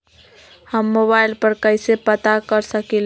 हम मोबाइल पर कईसे पता कर सकींले?